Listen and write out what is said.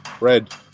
Red